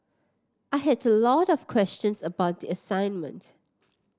I had a lot of questions about the assignment